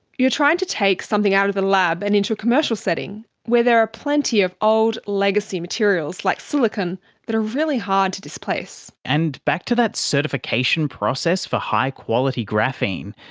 you're trying to take something out of the lab and into a commercial setting where there are plenty of old legacy materials like silicon that are really hard to displace. and back to that certification process for high-quality graphene,